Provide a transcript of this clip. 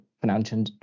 financial